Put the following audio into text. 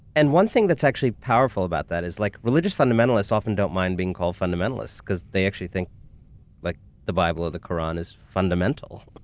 and one thing that's actually powerful about that is like religious fundamentalists often don't mind being called fundamentalists because they actually think like the bible or the koran is fundamental.